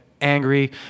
angry